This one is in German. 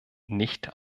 nicht